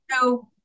So-